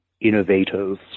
innovators